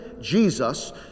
Jesus